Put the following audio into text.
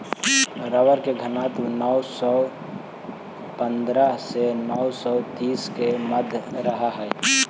rubber के घनत्व नौ सौ पंद्रह से नौ सौ तीस के मध्य रहऽ हई